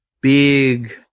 big